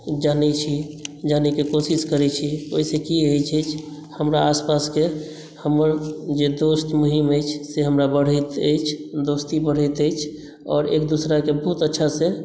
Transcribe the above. जनै छी जनय के कोशिश करै छी एहिसँ की होइ छै हमरा आसपासके हमर जे दोस्त महीम अछि से हमरा बढ़ैत अछि दोस्ती बढ़ैत अछि आओर एकदूसराक बहुत अच्छासँ